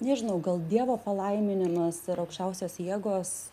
nežinau gal dievo palaiminimas ir aukščiausios jėgos